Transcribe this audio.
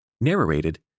Narrated